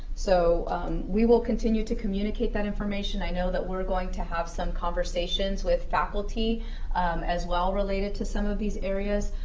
so we will continue to communicate that information. i know that we're going to have some conversations with faculty as well related to some of these areas,